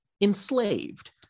Enslaved